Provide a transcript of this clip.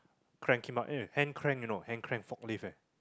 crank him up ah hand crank you know hand crank forklift ah